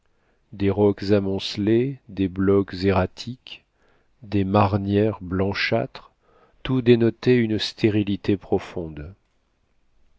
des rocs amoncelés des blocs erratiques des marnières blanchâtres tout dénotait une stérilité profonde